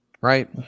right